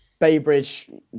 Baybridge